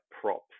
props